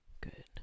Good